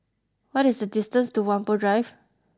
what is the distance to Whampoa Drive